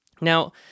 Now